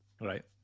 Right